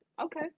Okay